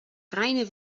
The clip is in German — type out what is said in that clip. reine